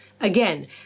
Again